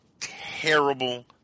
terrible